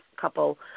couple